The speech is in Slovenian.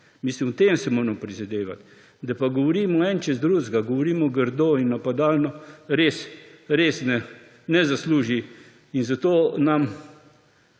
Mislim, o tem se moramo prizadevati. Da pa govorimo eden čez drugega, govorimo grdo in napadalno, res, res ne zasluži. In zato nam